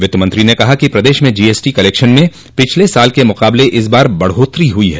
वित्त मंत्री ने कहा कि प्रदेश में जीएसटी कलेक्शन में पिछले साल के मुकाबले इस बार बढ़ोत्तरी हुई है